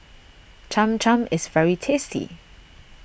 Cham Cham is very tasty